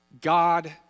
God